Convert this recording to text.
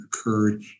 occurred